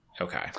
okay